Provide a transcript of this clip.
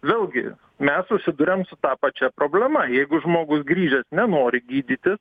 vėlgi mes susiduriam su ta pačia problema jeigu žmogus grįžęs nenori gydytis